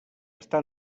està